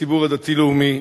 לציבור הדתי-לאומי: